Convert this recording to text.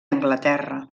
anglaterra